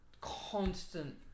Constant